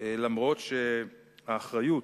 אף-על-פי שהאחריות,